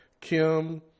Kim